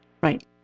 Right